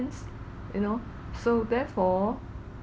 you know so therefore